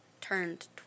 turned